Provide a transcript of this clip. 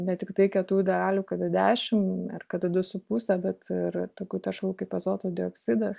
ne tiktai kietųjų dalelių kad dešimt ir kad du su puse bet ir tokių teršalų kaip azoto dioksidas